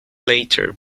later